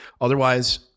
Otherwise